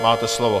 A máte slovo.